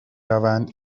روند